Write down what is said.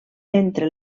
entre